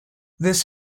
this